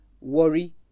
worry